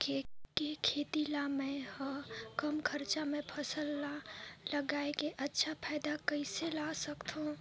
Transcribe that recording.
के खेती ला मै ह कम खरचा मा फसल ला लगई के अच्छा फायदा कइसे ला सकथव?